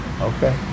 Okay